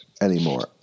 anymore